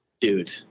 Dude